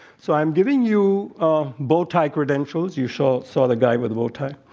so, i'm giving you bowtie credentials. you saw saw the guy with the bowtie.